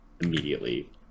immediately